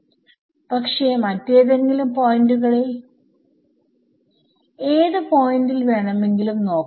വിദ്യാർത്ഥി പക്ഷെ മറ്റേതെങ്കിലും പോയന്റുകളിൽ ഏത് പോയിന്റ് വേണമെങ്കിലും നോക്കാം